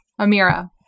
Amira